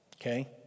okay